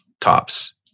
tops